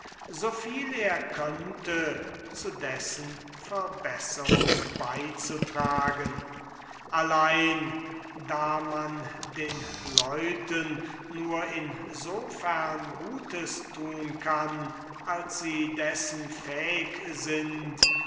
so viel er könnte zu dessen verbesserung beizutragen allein da man nur in so fern gutes tun kann als das subject dessen fähig ist